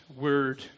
Word